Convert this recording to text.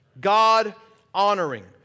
God-honoring